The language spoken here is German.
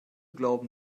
glauben